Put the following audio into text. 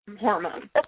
Hormone